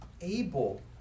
able